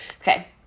Okay